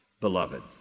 beloved